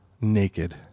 naked